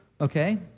okay